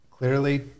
Clearly